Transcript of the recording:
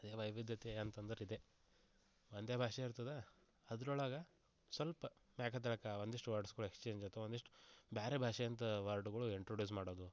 ಅದೇ ವೈವಿಧ್ಯತೆ ಅಂತಂದರೆ ಇದೆ ಒಂದೇ ಭಾಷೆ ಇರ್ತದೆ ಅದ್ರೊಳಗೆ ಸ್ವಲ್ಪ ಮೇಲಕ್ಕೆ ತೆಳಕ್ಕೆ ಒಂದಿಷ್ಟು ವರ್ಡ್ಸ್ಗಳು ಎಕ್ಸ್ಚೇಂಜ್ ಇರ್ತವೆ ಒಂದಿಷ್ಟು ಬೇರೆ ಭಾಷೆ ಅಂತ ವರ್ಡ್ಗಳು ಇಂಟ್ರುಡ್ಯೂಸ್ ಮಾಡೋದು